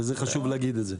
וזה חשוב להגיד את זה.